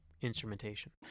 instrumentation